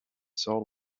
soul